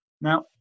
Now